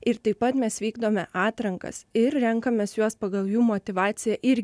ir taip pat mes vykdome atrankas ir renkamės juos pagal jų motyvaciją ir